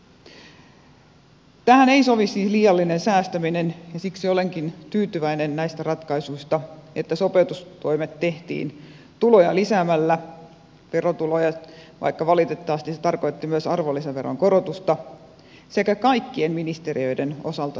tähän ei sovi siis liiallinen säästäminen ja siksi olenkin tyytyväinen näistä ratkaisuista että sopeutustoimet tehtiin verotuloja lisäämällä vaikka valitettavasti se tarkoitti myös arvonlisäveron korotusta sekä kaikkien ministeriöiden osalta säästöjä tekemällä